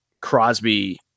Crosby